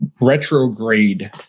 retrograde